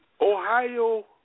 Ohio